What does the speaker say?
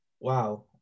wow